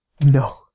No